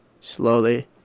slowly